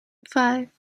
five